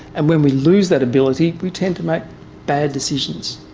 and when we lose that ability we tend to make bad decisions.